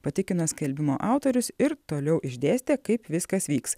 patikina skelbimo autorius ir toliau išdėstė kaip viskas vyks